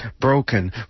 broken